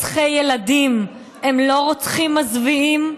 רוצחי ילדים הם לא רוצחים מזוויעים?